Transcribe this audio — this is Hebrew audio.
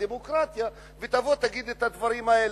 הדמוקרטיה תבוא ותגיד את הדברים האלה.